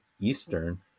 Eastern